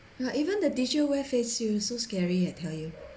but even the teacher wear face shield so scary I tell you